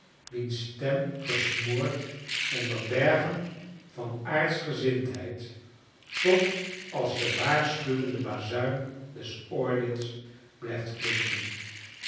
ontmoeten wiens stem gesmoord onder bergen van aardschgezindheid toch als de waarschuwende bazuin des oordeels blijft klinken